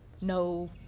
No